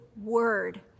word